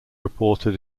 reported